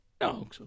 No